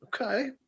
Okay